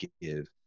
give